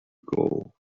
goal